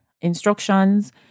instructions